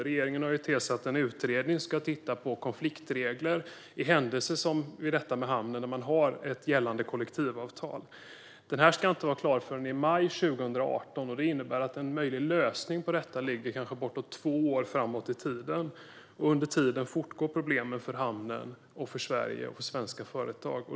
Regeringen har tillsatt en utredning som ska titta på konfliktregler i händelser som denna i hamnen, när man har ett gällande kollektivavtal. Utredningen ska inte vara klar förrän i maj 2018. Det innebär att en möjlig lösning på detta kanske ligger bortåt två år framåt i tiden. Under tiden fortgår problemen för hamnen, för Sverige och för svenska företag.